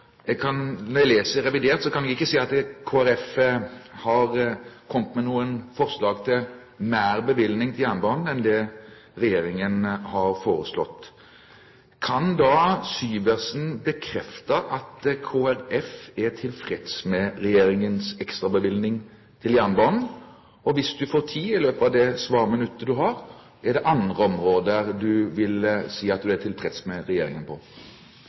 Når jeg leser revidert, kan jeg ikke se at Kristelig Folkeparti har kommet med noen forslag til mer bevilgning til jernbanen enn det regjeringen har foreslått. Kan Syversen bekrefte at Kristelig Folkeparti er tilfreds med regjeringens ekstrabevilgning til jernbanen? Og hvis du får tid i løpet av det svarminuttet du har: Er det andre områder der du vil si at du er tilfreds med regjeringen?